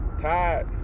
Tied